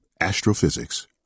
Astrophysics